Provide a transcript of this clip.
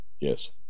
Yes